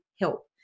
help